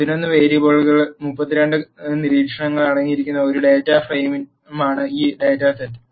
11 വേരിയബിളുകളിൽ 32 നിരീക്ഷണങ്ങൾ അടങ്ങിയിരിക്കുന്ന ഒരു ഡാറ്റ ഫ്രെയിമാണ് ഈ ഡാറ്റ സെറ്റ്